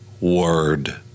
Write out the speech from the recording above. word